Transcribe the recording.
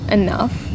enough